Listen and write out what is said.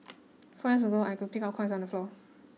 four years ago I could pick up coins on the floor